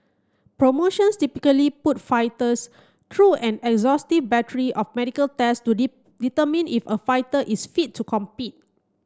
promotions typically put fighters through an exhaustive battery of medical tests to determine if a fighter is fit to compete